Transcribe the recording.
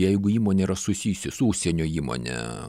jeigu įmonė yra susijusi su užsienio įmone